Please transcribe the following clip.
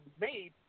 made